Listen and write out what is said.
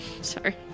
Sorry